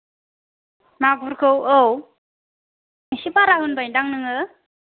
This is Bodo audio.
मागुरखौ औ एसे बारा होनबायदां नोङो